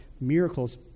miracles